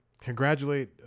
Congratulate